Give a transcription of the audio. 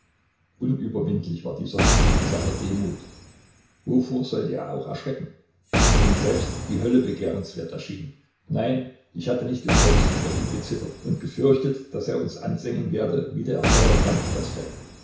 unüberwindlich war dieser mensch in seiner demut wovor sollte er auch erschrecken wenn ihm selbst die hölle begehrenswert erschien nein ich hatte nicht umsonst vor ihm gezittert und gefürchtet daß er uns ansengen werde wie der feuerbrand das fett